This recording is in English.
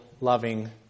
loving